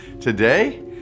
today